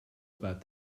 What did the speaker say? about